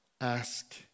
Ask